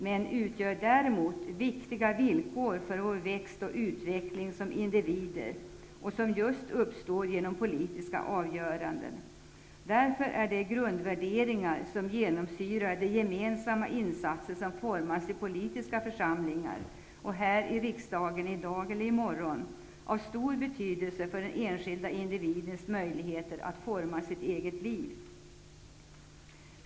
De utgör däremot viktiga villkor för att vi som individer kan växa och utvecklas -- villkor som just uppstår genom politiska avgöranden. Därför är de grundvärderingar som genomsyrar de gemensamma insatser som formas i politiska församlingar -- t.ex. här i riksdagen i dag, eller i morgon -- av stor betydelse för den enskilde individens möjligheter att forma sitt eget liv.